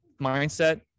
mindset